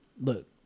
look